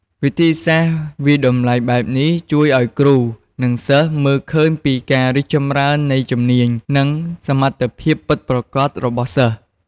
វិធីសាស្ត្រវាយតម្លៃបែបនេះជួយឱ្យគ្រូ និងសិស្សមើលឃើញពីការរីកចម្រើននៃជំនាញ និងសមត្ថភាពពិតប្រាកដរបស់សិស្ស។